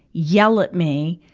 yell at me,